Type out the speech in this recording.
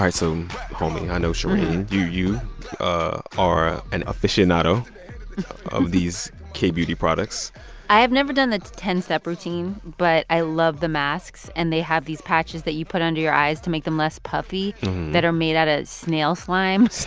so um homie i know, shereen, you you ah are an aficionado of these k-beauty products i have never done the ten step routine, but i love the masks. and they have these patches that you put under your eyes to make them less puffy that are made out of snail slime